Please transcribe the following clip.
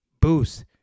boost